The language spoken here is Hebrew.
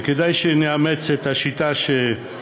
וכדאי שנאמץ את הגישה,